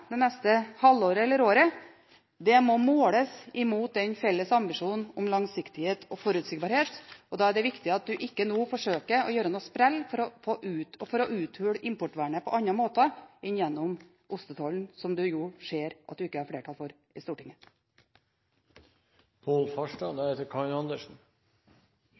det neste halvåret eller året, må måles mot den felles ambisjonen om langsiktighet og forutsigbarhet. Da er det viktig at man ikke nå forsøker å gjøre noen sprell for å uthule importvernet på andre måter enn gjennom ostetollen, som man ser at man ikke har flertall for i